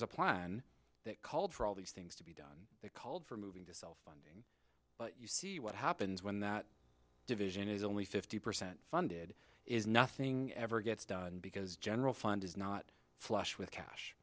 's a plan that called for all these things to be done they called for moving to sell but you see what happens when that division is only fifty percent funded is nothing ever gets done because general fund is not flush